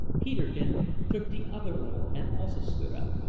peterkin took the other oar and also stood up,